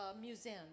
museum